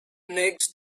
next